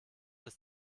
des